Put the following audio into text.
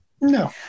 No